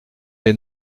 lait